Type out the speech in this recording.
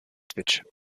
sandwich